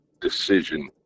decision